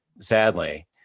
sadly